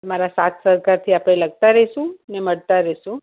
મારા સાથ સહકારથી આપણે લખતાં રહીશું અને મળતાં રહીશું